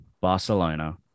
Barcelona